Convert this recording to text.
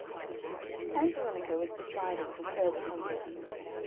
ann veronica was deciding for further confidences.